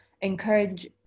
encourage